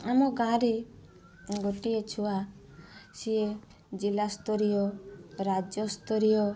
ଆମ ଗାଁ ରେ ଗୋଟେ ଛୁଆ ସିଏ ଜିଲ୍ଲା ସ୍ତରୀୟ ରାଜ୍ୟ ସ୍ତରୀୟ